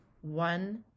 one